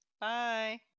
Bye